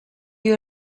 you